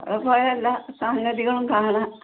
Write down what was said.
അവിടെ പോയാൽ എല്ലാ സംഗതികളും കാണാം